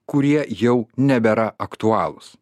kurie jau nebėra aktualūs